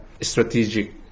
strategic